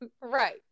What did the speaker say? right